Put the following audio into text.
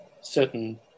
certain